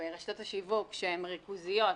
ברשתות השיווק שהן ריכוזיות,